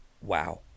Wow